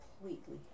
completely